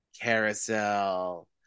carousel